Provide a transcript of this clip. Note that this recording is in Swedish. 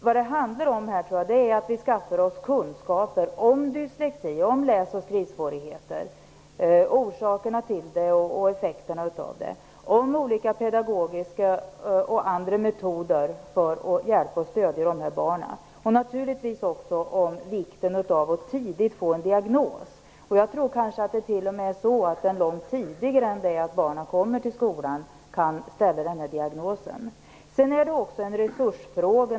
Vad det handlar om här tror jag är att vi skaffar oss kunskaper om dyslexi, om läs och skrivsvårigheter, orsakerna till den och effekterna av den, om olika pedagogiska och andra metoder för att hjälpa och stödja de här barnen och naturligtvis om vikten av att tidigt få en diagnos. Jag tror att man till och med långt tidigare än när barnen kommer till skolan kan ställa den här diagnosen. Sedan är det naturligtvis också en resursfråga.